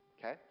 okay